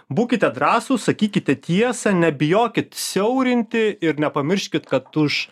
būkite drąsūs sakykite tiesą nebijokit siaurinti ir nepamirškit kad už